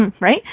right